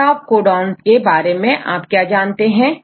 stop codon के बारे में समझते हैं